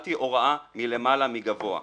קיבלתי הוראה מלמעלה מגבוה.